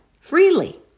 freely